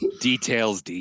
Details